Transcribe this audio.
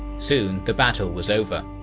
soon, the battle was over.